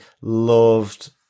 loved